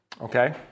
Okay